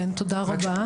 תודה רבה.